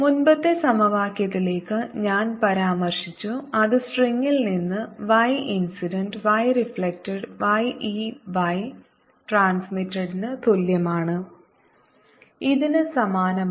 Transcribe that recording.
മുമ്പത്തെ സമവാക്യത്തിലേക്ക് ഞാൻ പരാമർശിച്ചു അത് സ്ട്രിംഗിൽ നിന്ന് y incident y reflected y e y ട്രാൻസ്മിറ്റഡ്ന് തുല്യമാണ് ഇതിന് സമാനമാണ്